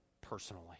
personally